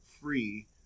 free